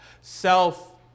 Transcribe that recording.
self